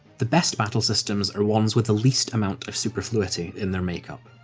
the best battle systems are ones with the least amount of superfluity in their make-up.